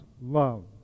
love